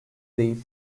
değil